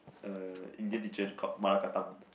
a Indian teacher to called Malakatham